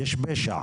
יש פשע.